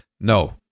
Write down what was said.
no